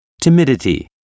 timidity